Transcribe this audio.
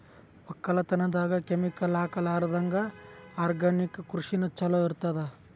ಒಕ್ಕಲತನದಾಗ ಕೆಮಿಕಲ್ ಹಾಕಲಾರದಂಗ ಆರ್ಗ್ಯಾನಿಕ್ ಕೃಷಿನ ಚಲೋ ಇರತದ